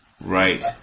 Right